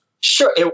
Sure